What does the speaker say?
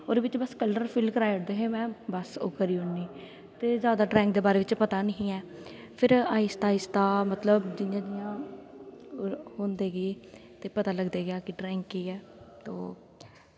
ओह्दे बिच्च बस कलर फिल्ल कराई ओड़दे हे में बस ओह् करी ओड़नी ते जादा ड्राईं ग दे बारे बिच्च पता निं ऐ फिर आहिस्ता आहिस्ता मतलब जियां जियां होंदे गे ते पता लगदा गेआ कि ड्राईंग केह् ऐ तो